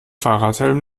fahrradhelm